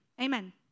Amen